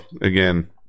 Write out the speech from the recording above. again